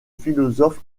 philosophe